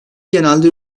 genelde